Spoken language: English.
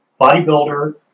Bodybuilder